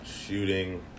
shooting